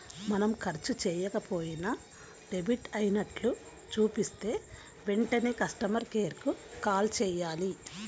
మనం ఖర్చు చెయ్యకపోయినా డెబిట్ అయినట్లు చూపిస్తే వెంటనే కస్టమర్ కేర్ కు కాల్ చేయాలి